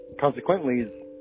consequently